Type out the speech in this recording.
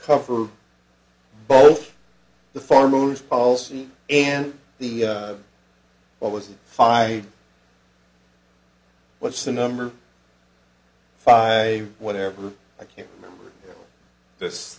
cover both the farmers policy and the what was it five what's the number five whatever i can't remember